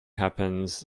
happens